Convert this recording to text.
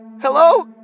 Hello